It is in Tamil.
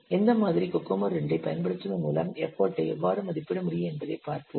எந்த மாதிரிக்கு கோகோமோ II ஐப் பயன்படுத்துவதன் மூலம் எஃபர்ட் ஐ எவ்வாறு மதிப்பிட முடியும் என்பதைப் பார்ப்போம்